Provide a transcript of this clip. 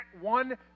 one